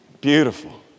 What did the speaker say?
Beautiful